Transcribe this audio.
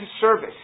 service